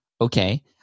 okay